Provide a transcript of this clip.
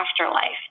afterlife